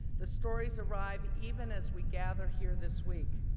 the stories arrive even as we gather here this week.